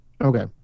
Okay